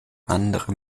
andere